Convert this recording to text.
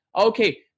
okay